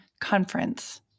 Conference